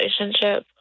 relationship